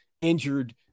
injured